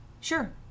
Sure